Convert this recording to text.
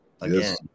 again